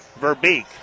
Verbeek